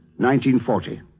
1940